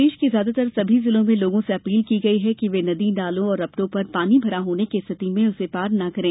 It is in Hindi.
प्रदेश के लगभग सभी जिलों में लोगों से अपील की गई है कि वे नदी नालों और रपटों पर पानी भरा होने की स्थिति में उसे पार न करें